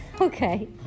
Okay